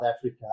Africa